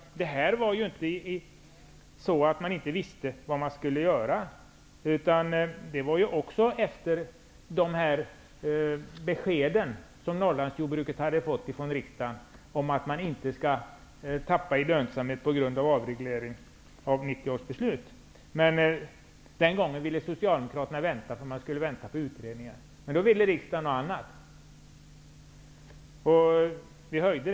Det var inte så att man inte visste vad man skulle göra. Norrlandsjordbruken hade fått beskedet från riksdagen om att man inte skall tappa i lönsamhet på grund av avregleringen av 1990-års beslut. Den gången ville Socialdemokraterna vänta på utredningar, men riksdagen ville något annat och stödet höjdes.